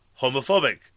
homophobic